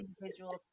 individuals